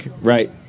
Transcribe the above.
Right